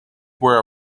were